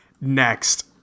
Next